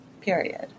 period